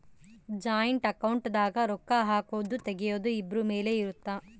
joint account ದಾಗ ರೊಕ್ಕ ಹಾಕೊದು ತೆಗಿಯೊದು ಇಬ್ರು ಮೇಲೆ ಇರುತ್ತ